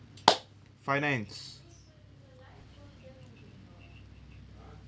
finance